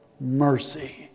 mercy